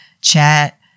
chat